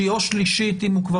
או שלישית, אם הוא כבר קיבל פעמיים.